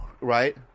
Right